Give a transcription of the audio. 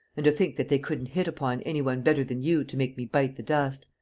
and to think that they couldn't hit upon any one better than you to make me bite the dust.